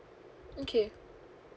okay